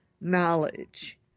knowledge